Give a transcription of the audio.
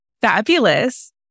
Fabulous